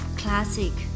classic